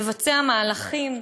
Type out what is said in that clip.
לבצע מהלכים,